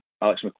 Alex